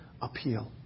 appeal